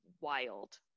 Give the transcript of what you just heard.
wild